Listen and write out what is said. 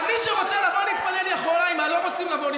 כל מי שרוצה באמת להתפלל, אגב, מי